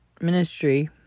ministry